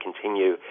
continue